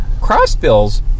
crossbills